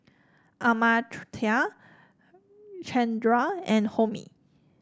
Amartya Chandra and Homi